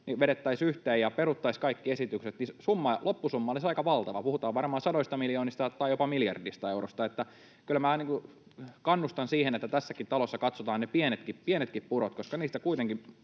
vedettäisiin yhteen ja peruttaisiin kaikki esitykset, niin loppusumma olisi aika valtava — puhutaan varmaan sadoista miljoonista tai jopa miljardista eurosta. Kyllä minä kannustan siihen, että tässäkin talossa katsotaan ne pienetkin purot, koska niistä kuitenkin